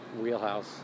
wheelhouse